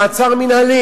מעצר מינהלי.